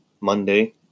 Monday